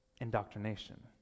indoctrination